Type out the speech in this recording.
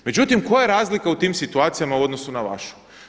Međutim, koja je razlika u tim situacijama u odnosu na vašu?